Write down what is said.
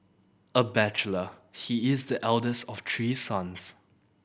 a bachelor he is the eldest of three sons